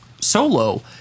Solo